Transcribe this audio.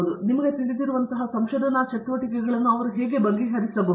ಅಥವಾ ನಿಮಗೆ ತಿಳಿದಿರುವಂತಹ ಸಂಶೋಧನಾ ಚಟುವಟಿಕೆಗಳನ್ನು ಅವರು ಬಗೆಹರಿಸಬಹುದು